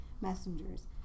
messengers